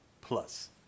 plus